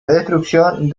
destrucción